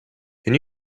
can